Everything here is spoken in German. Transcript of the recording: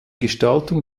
gestaltung